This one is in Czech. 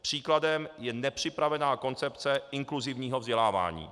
Příkladem je nepřipravená koncepce inkluzivního vzdělávání.